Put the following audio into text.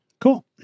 Cool